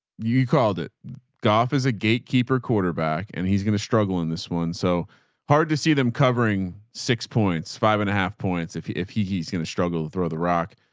you called it golf is a gatekeeper quarterback. and he's going to struggle in this one so hard to see them covering six points, five and a half points. if, if he he's going to struggle to throw the rock,